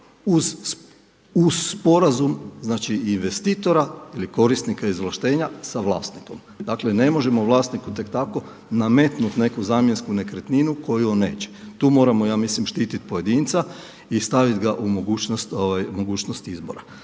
uz sporazum znači investitora ili korisnika izvlaštenja sa vlasnikom. Dakle ne možemo vlasniku tek tako nametnuti neku zamjensku nekretninu koju on neće. Tu moramo ja mislim štititi pojedinca i staviti ga u mogućnost izbora.